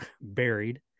buried